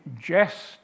jest